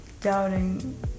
doubting